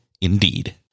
indeed